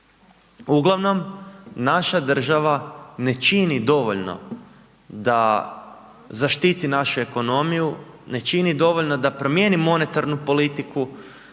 Uglavnom, naša država ne čini dovoljno da zaštiti našu ekonomiju, ne čini dovoljno da promijeni monetarnu politiku